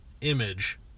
image